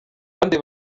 abandi